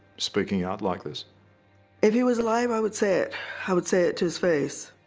speaking out like this if he was alive, i would say it i would say it to his face.